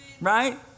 right